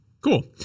cool